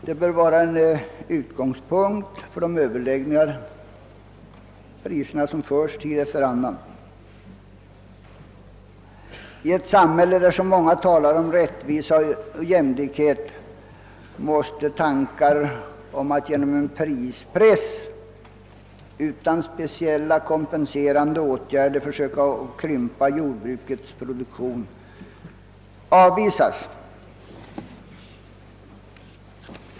Detta bör vara en utgångspunkt för de överläggningar om priserna som förs tid efter annan. I ett samhälle, där så många talar om rättvisa och jämlikhet, måste tankar om att genom prispress utan speciella kompenserande åtgärder försöka krympa jordbrukets produktion avvisas.